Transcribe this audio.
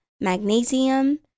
magnesium